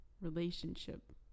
relationship